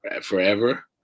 forever